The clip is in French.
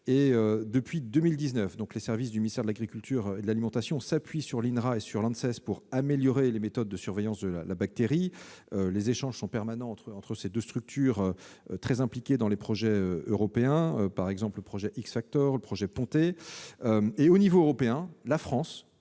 Depuis 2019, les services du ministère de l'agriculture et de l'alimentation s'appuient sur l'INRA et sur l'Anses pour améliorer les méthodes de surveillance de la bactérie. Les échanges sont permanents entre ces deux structures, très impliquées dans des projets européens, tels les projets XF-Actors et POnTE. À l'échelon européen, la France